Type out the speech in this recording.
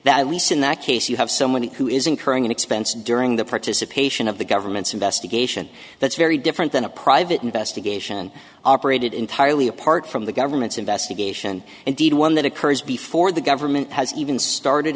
that at least in that case you have someone who is incurring an expense during the participation of the government's investigation that's very deep and then a private investigation operated entirely apart from the government's investigation indeed one that occurs before the government has even started